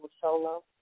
solo